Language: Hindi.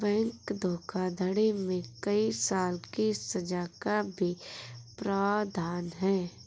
बैंक धोखाधड़ी में कई साल की सज़ा का भी प्रावधान है